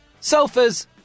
sofas